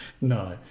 No